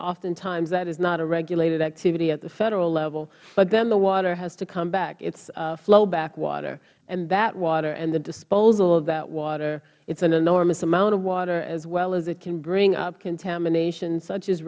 oftentimes that is not a regulated activity at the federal level but then the water has to come back it is flowback water and that water and the disposal of that water is an enormous amount of water as well as it can bring up contamination such as